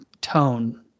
tone—